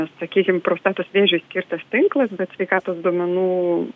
sakykim prostatos vėžiui skirtas tinklas bet sveikatos duomenų